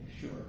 Sure